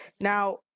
Now